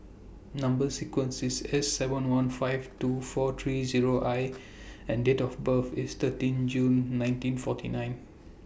Number sequence IS S seven one five two four three Zero I and Date of birth IS thirteen June nineteen forty nine